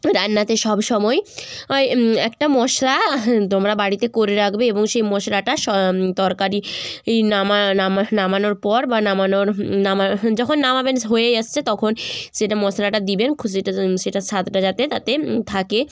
রান্নাতে সব সময় ওই একটা মশলা তোমরা বাড়িতে করে রাখবে এবং সেই মশলাটা স তরকারি ই নামা নামা নামানোর পর বা নামানোর নামা যখন নামাবেন হয়েই আসছে তখন সেটা মশলাটা দেবেন সেটার স্বাদটা যাতে তাতে থাকে